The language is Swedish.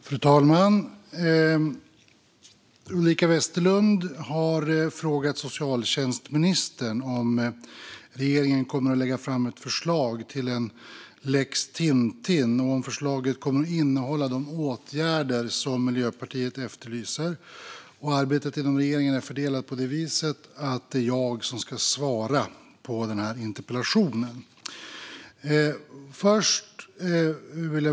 Fru talman! Ulrika Westerlund har frågat socialtjänstministern om regeringen kommer att lägga fram förslag till en lex Tintin och om förslaget kommer att innehålla de åtgärder som Miljöpartiet efterlyser. Arbetet inom regeringen är så fördelat att det är jag som ska svara på interpellationen.